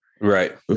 right